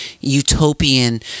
utopian